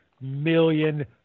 million